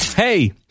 Hey